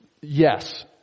Yes